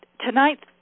tonight